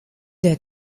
der